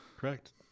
Correct